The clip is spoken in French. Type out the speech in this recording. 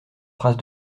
phrase